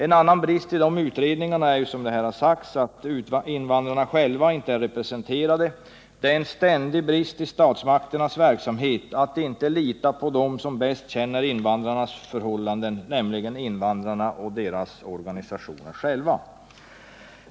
En annan brist i dessa utredningar är, som det har sagts här, att invandrarna själva inte är representerade i dem — det är en ständig brist i statsmakternas verksamhet att man inte litar på dem som bäst känner till invandrarnas förhållanden, nämligen invandrarna själva och deras organisationer.